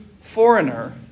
foreigner